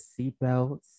seatbelts